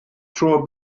tro